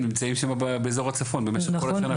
נמצאים שם באזור הצפון במשך כל השנה.